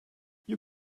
you